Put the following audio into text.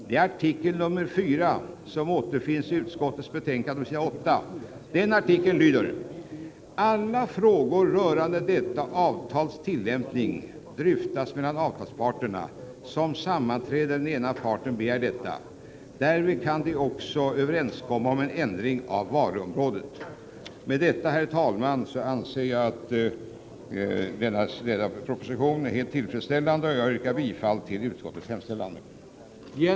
Det är artikel 4, som återfinns i utskottets betänkande på s. 8. Den lyder: ”Alla frågor rörande detta avtals tillämpning dryftas mellan avtalsparterna, som sammanträder när ena parten begär detta. Därvid kan de också överenskomma om ändring av varuområdet.” Med detta, herr talman, yrkar jag bifall till utskottets hemställan.